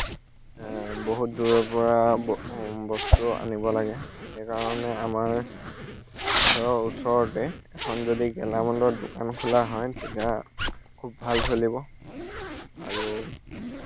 বহুত দূৰৰ পৰা ব বস্তু আনিব লাগে সেইকাৰণে আমাৰ ঘৰৰ ওচৰতে এখন যদি গেলামালৰ দোকান খোলা হয় তেতিয়া খুব ভাল চলিব আৰু